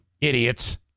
Idiots